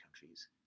countries